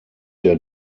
der